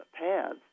paths